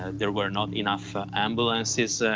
ah there were not enough ambulances,